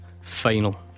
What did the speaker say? Final